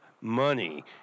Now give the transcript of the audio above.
money